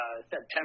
September